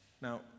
Now